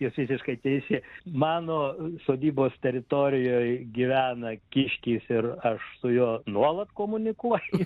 jūs visiškai teisi mano sodybos teritorijoj gyvena kiškis ir aš su juo nuolat komunikuoju